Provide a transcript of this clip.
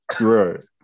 Right